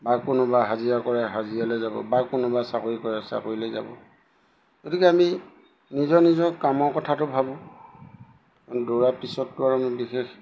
বা কোনোবা হাজিৰা কৰে হাজিৰালৈ যাব বা কোনোবা চাকৰি কৰে চাকৰিলৈ যাব গতিকে আমি নিজৰ নিজৰ কামৰ কথাটো ভাবোঁ দৌৰাৰ পিছতটো আৰু আমি বিশেষ